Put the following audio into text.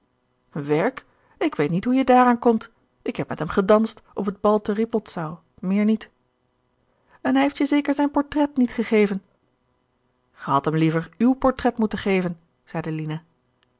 werk ik weet niet hoe je daar aan komt ik heb met hem gedanst op het bal te rippoldsau meer niet en hij heeft je zeker zijn portret niet gegeven gij hadt hem liever uw portret moeten geven zeide lina